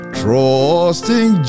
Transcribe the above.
trusting